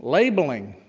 labeling,